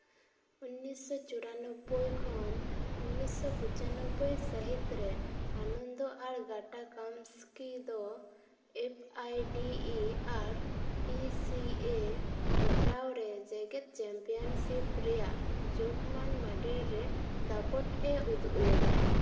ᱩᱱᱤᱥᱥᱚ ᱪᱩᱨᱟᱱᱚᱵᱵᱳᱭ ᱠᱷᱚᱱ ᱩᱱᱤᱥᱥᱚ ᱯᱚᱪᱟᱱᱳᱵᱵᱳᱭ ᱥᱟᱹᱦᱤᱛ ᱨᱮ ᱟᱱᱚᱱᱫᱚ ᱟᱨ ᱜᱟᱴᱟ ᱠᱟᱹᱢᱥᱠᱤ ᱫᱚ F I D E R P C A ᱦᱮᱯᱮᱟᱣ ᱨᱮ ᱡᱮᱜᱮᱛ ᱪᱮᱢᱯᱤᱭᱟᱱᱥᱤᱯ ᱨᱮᱭᱟᱜ ᱡᱳᱜᱽᱢᱟᱱ ᱢᱟᱰᱮᱹᱨ ᱨᱮ ᱫᱟᱯᱚᱴ ᱮ ᱩᱫᱩᱜ ᱞᱮᱫᱟ